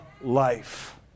life